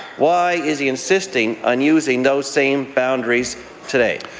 why is he insisting on using those same boundaries today?